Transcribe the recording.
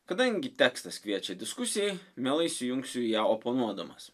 kadangi tekstas kviečia diskusijai mielai įsijungsiu į ją oponuodamas